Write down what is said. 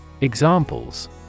Examples